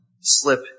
slip